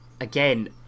again